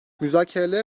müzakerelere